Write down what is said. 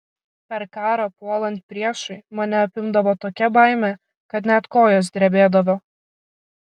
per karą puolant priešui mane apimdavo tokia baimė kad net kojos drebėdavo